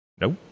Nope